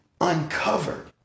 uncovered